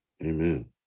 Amen